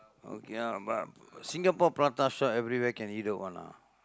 okay ah but Singapore prata shop everywhere can eat one lah